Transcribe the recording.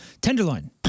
Tenderloin